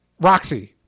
Roxy